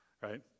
right